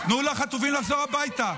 תנו לחטופים לחזור הביתה.